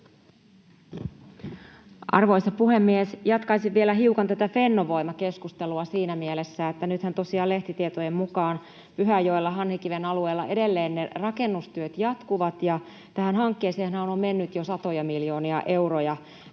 Arvoisa puhemies! Jatkaisin vielä hiukan tätä Fennovoima-keskustelua siinä mielessä, että nythän tosiaan lehtitietojen mukaan Pyhäjoella Hanhikiven alueella edelleen ne rakennustyöt jatkuvat ja tähän hankkeeseenhan on mennyt jo satoja miljoonia euroja.